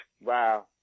Wow